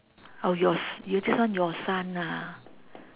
oh yours this one your son ah